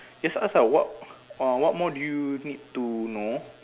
just ask ah what uh what more do you need to know